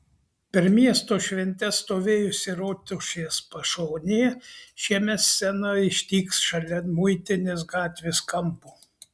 per miesto šventes stovėjusi rotušės pašonėje šiemet scena išdygs šalia muitinės gatvės kampo